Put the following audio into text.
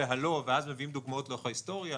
הלא ואז מביאים דוגמאות מאורך ההיסטוריה,